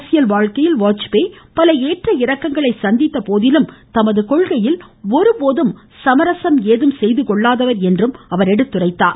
அரசியல் வாழ்க்கையில் வாஜ்பேய் பல ஏற்ற இறக்கங்களை சந்தித்த போதிலும் தமது கொள்கையில் ஒருபொழுதும் சமரசம் செய்து கொள்ளாதவர் என்றார்